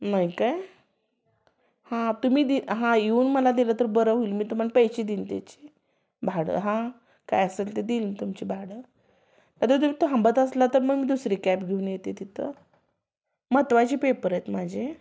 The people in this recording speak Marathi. नाही काय हां तुम्ही दी हां येऊन मला दिलं तर बरं होईल मी तुम्हाला पैसे देईन त्याचे भाडं हां काही असल ते दिल तुमचे भाडं तर तुम्ही थांबत असला तर मग दुसरी कॅब घेऊन येते तिथं महत्त्वाचे पेपर आहेत माझे